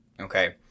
Okay